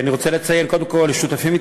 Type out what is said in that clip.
אני רוצה לציין קודם כול ששותפים אתי